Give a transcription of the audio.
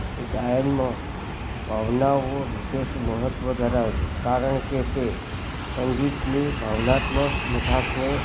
ગાયનમાં ભાવનાઓ વિશેષ મહત્વ ધરાવે છે કારણ કે તે સંગીતની ભાવનાત્મક મીઠાસને